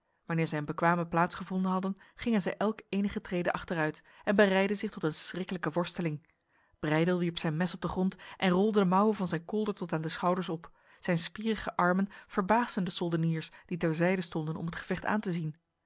wanneer zij een bekwame plaats gevonden hadden gingen zij elk enige treden achteruit en bereidden zich tot een schrikkelijke worsteling breydel wierp zijn mes op de grond en rolde de mouwen van zijn kolder tot aan de schouders op zijn spierige armen verbaasden de soldeniers die ter zijde stonden om het gevecht aan te zien